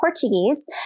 Portuguese